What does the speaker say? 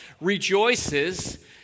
rejoices